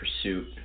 pursuit